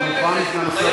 אתה מוכן, סגן השר?